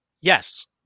Yes